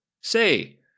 say